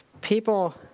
People